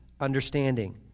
understanding